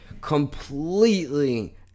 completely